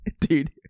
dude